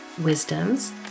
wisdoms